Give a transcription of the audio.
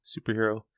superhero